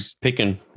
picking